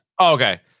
Okay